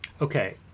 okay